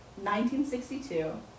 1962